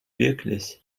wirklich